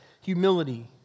humility